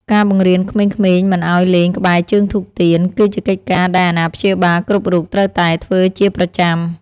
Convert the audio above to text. ការបង្រៀនក្មេងៗមិនឱ្យលេងក្បែរជើងធូបទៀន គឺជាកិច្ចការដែលអាណាព្យាបាលគ្រប់រូបត្រូវតែធ្វើជាប្រចាំ។